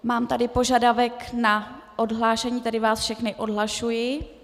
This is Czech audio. Mám tady požadavek na odhlášení, tedy vás všechny odhlašuji.